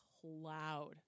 cloud